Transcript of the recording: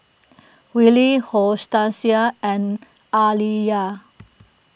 Willie Hortencia and Aaliyah